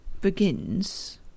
begins